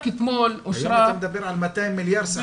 רק אתמול אושרה גם תוכנית עם שישה מיליארד שקלים.